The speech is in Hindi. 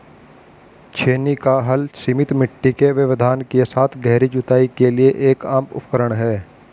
छेनी का हल सीमित मिट्टी के व्यवधान के साथ गहरी जुताई के लिए एक आम उपकरण है